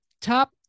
top